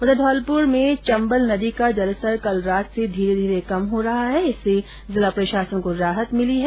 उधर धौलपुर चंबल नदी का जलस्तर कल रात से धीरे धीरे कम हो रहा है इससे जिला प्रशासन को राहत मिली है